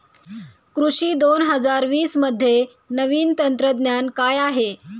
कृषी दोन हजार वीसमध्ये नवीन तंत्रज्ञान काय आहे?